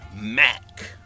Mac